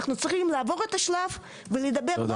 אנחנו צריכים לעבור את השלב ולדבר לא